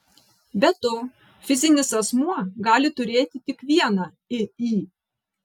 be to fizinis asmuo gali turėti tik vieną iį